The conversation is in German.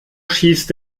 schießt